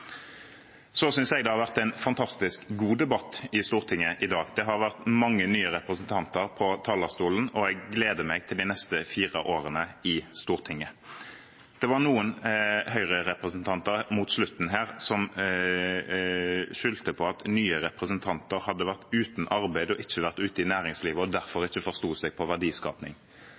Jeg synes det har vært en fantastisk god debatt i Stortinget i dag. Det har vært mange nye representanter på talerstolen, og jeg gleder meg til de neste fire årene i Stortinget. Det var noen Høyre-representanter mot slutten her som skyldte på at nye representanter hadde vært uten arbeid og ikke hadde vært ute i næringslivet og derfor ikke forsto seg på